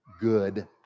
good